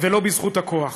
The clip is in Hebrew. ולא בזכות הכוח.